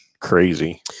crazy